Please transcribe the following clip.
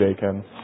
bacon